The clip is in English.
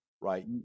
right